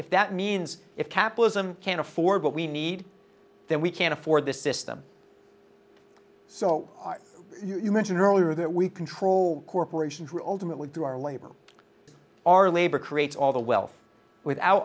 if that means if capitalism can't afford what we need then we can't afford the system so you mentioned earlier that we control corporations who ultimately do our labor our labor creates all the wealth without